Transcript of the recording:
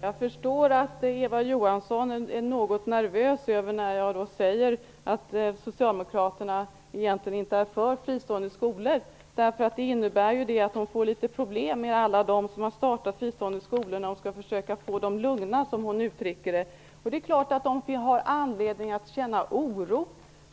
Herr talman! Jag förstår att Eva Johansson blir något nervös när jag säger att Socialdemokraterna egentligen inte är för fristående skolor. Det innebär nämligen att Socialdemokraterna får litet problem med att få dem som har startat fristående skolor att bli lugna, som Eva Johansson uttryckte det. Det är klart att de har anledning att känna oro.